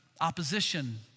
opposition